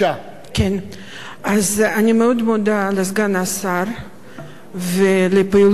אני מאוד מודה לסגן השר על הפעילות הברוכה